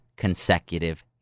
consecutive